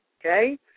okay